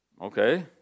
Okay